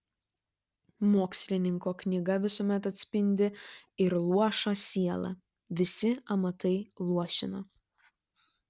mokslininko knyga visuomet atspindi ir luošą sielą visi amatai luošina